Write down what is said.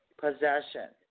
possession